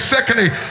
Secondly